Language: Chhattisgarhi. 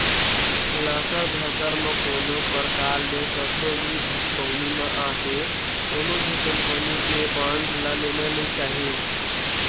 लकर धकर म कोनो परकार ले कखरो भी भभकउनी म आके कोनो भी कंपनी के बांड ल लेना नइ चाही